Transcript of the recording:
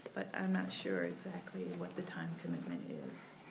but i'm not sure exactly what the time commitment is.